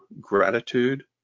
gratitude